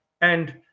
And-